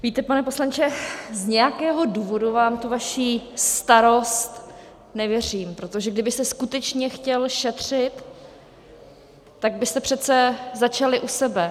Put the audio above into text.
Víte, pane poslanče, z nějakého důvodu vám tu vaši starost nevěřím, protože kdybyste skutečně chtěl šetřit, tak byste přece začali u sebe.